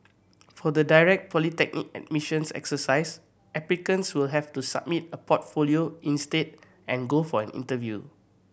for the direct polytechnic admissions exercise applicants will have to submit a portfolio instead and go for an interview